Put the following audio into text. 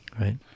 Right